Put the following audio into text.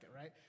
right